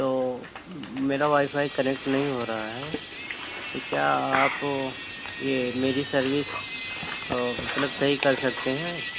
تو میرا wifi connect نہیں ہو رہا ہے تو کیا آپ یہ میری سروس مطلب صحیح کر سکتے ہیں